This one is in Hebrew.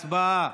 הצבעה.